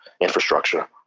infrastructure